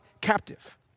captive